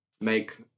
make